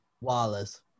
Wallace